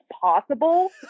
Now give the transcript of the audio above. possible